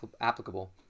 applicable